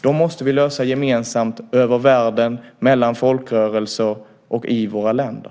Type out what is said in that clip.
Dem måste vi lösa gemensamt över världen, mellan folkrörelser och i våra länder.